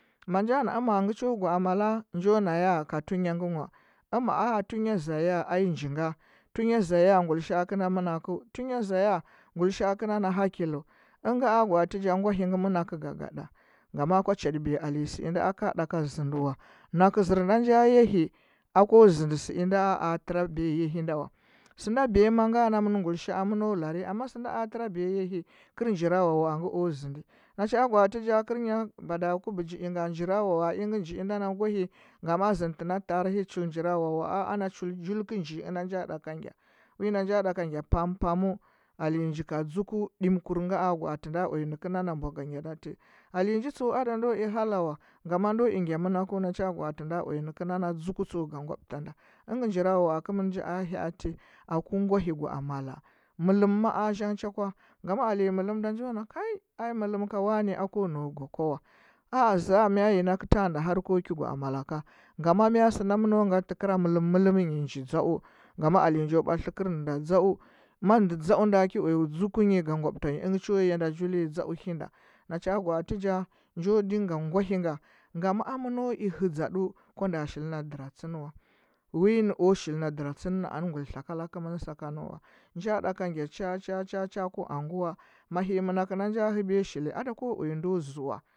Manja na ama ngɚ cho gwaa mala? Njo na ya ka tunyanghwa aa ka tunya za ya njinga tunya zaya ngulisha’a kɚnda mɚnakɚu tunya zaya ngulisha’a kɚnda na hakilu ɚngɚ a gwaatɚ ja ngwahinga mɚnakɚ gagaɗangama kwa chaɗobiye alenya sɚinda aka ɗaka zɚndɚ war nakɚ zɚr nda nja yahi ako zɚndɚ sɚinda a trabiya yahi ndo wa sɚnda biyama nga namɚn ngulishaa mɚno’ lari, amma sɚinda a tɚrabiye yahi kɚr nacha gwaatɚ ja kɚrnya bada ku jinga, njirawawaa ingɚ jinda na ngwahɚ ngama a zɚndɚtɚnda tarihi chul njurawawaa ana chul kɚ nji ɚnda nja ɗaka ngya winda nja ɗaka ngya pampamɚu alenya nji a dzuku ɗimikur nga a gwaati nda uya nɚkɚnda na mbwa ga ngya nda ti alenji tsu ada ndo i hala wa ngama ndo i gya mɚnakɚu nacha gwaati nda uya nɚkɚnda na dzuku tsu ga nawabtanda ɚngɚ njirawawaa kɚmɚn ja a hyati aku ngwahi gaa mala mɚlɚm maa zhan cha ngama alenya mɚlɚm da njo na hai ai mɚlɚm da njo na hai ai mɚlem ka wane ako nau gwakwa wa a, za mya yi nakɚ tanghnda har ko ki gwaa malaka? Ngama mya bɚndɚ mɚno ngatɚ tɚkɚra mɚlɚmmɚlɚmnyi nji dza’u ngama alenya njo batlɚtɚ kɚmɚnda dza’u ma ndɚ dzau nda ki uya dzukunyi ga ngwabtanyi ɚngɚ cho yanda julnyi dzau kinda nacha gwaatɚ ja njo dinga ngwahinga ngama amɚno i hɚdkaɗu kwanda shilina dalatsɚn wa, winɚ o shili na dalatsɚn wa winɚ o shili na dalatsɚn anɚ nguli tlakala kɚmɚn sakanɚ wa nja ɗaka ngya cha cha cha cha ku unguwo mahii mɚnakɚ inda nja hɚbiya shili ada ko uya ndo zɚ wa.